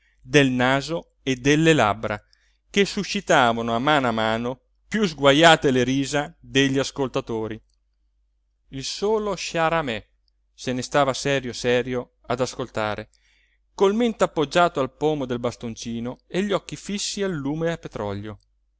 naso e delle labbra che suscitavano a mano a mano piú sguajate le risa degli ascoltatori il solo sciaramè se ne stava serio serio ad ascoltare col mento appoggiato al pomo del bastoncino e gli occhi fissi al lume a petrolio